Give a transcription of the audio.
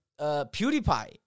PewDiePie